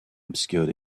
obscured